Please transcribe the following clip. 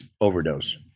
overdose